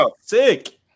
sick